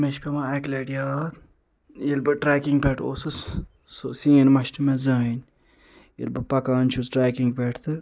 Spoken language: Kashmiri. مےٚ چھِ پٮ۪وان اَکہِ لٹہِ یاد ییٚلہِ بہٕ ٹرٛیکِنٛگ پٮ۪ٹھ اوسُس سُہ سیٖن مَشہٕ نہٕ مےٚ زٕہۭنۍ ییٚلہِ بہٕ پکان چھُس ٹرٛیکِنٛگ پٮ۪ٹھ تہٕ